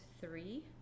three